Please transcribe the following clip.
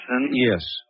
Yes